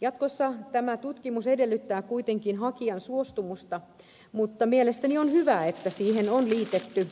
jatkossa tämä tutkimus edellyttää kuitenkin hakijan suostumusta mutta mielestäni on hyvä että siihen on liitetty